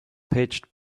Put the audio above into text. pitched